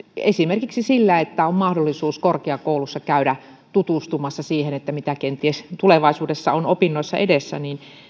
esimerkiksi se että on mahdollisuus korkeakoulussa käydä tutustumassa siihen mitä kenties tulevaisuudessa on opinnoissa edessä